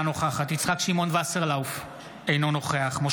אינה נוכחת יצחק שמעון וסרלאוף,